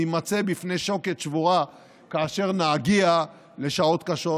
נימצא בפני שוקת שבורה כאשר נגיע לשעות קשות.